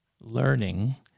learning